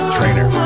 Trainer